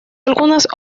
algunas